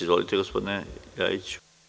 Izvolite gospodine Ljajiću.